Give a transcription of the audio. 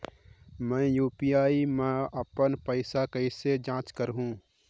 मैं यू.पी.आई मा अपन पइसा कइसे जांच करहु?